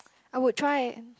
I would try and